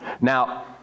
Now